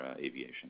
aviation